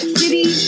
city